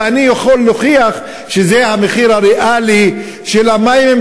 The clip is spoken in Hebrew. ואני יכול להוכיח שזה המחיר הריאלי של המים,